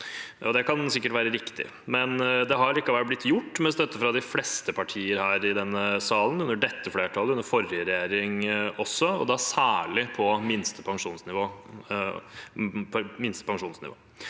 Det kan sikkert være riktig, men det har likevel blitt gjort med støtte fra de fleste partier her i denne salen, under dette flertallet og under forrige regjering også, og da særlig på minste pensjonsnivå.